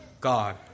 God